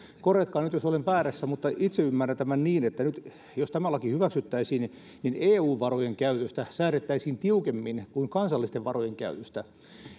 korjatkaa nyt jos olen väärässä että itse ymmärrän tämän niin että nyt jos tämä laki hyväksyttäisiin niin eun varojen käytöstä säädettäisiin tiukemmin kuin kansallisten varojen käytöstä